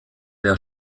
der